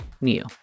new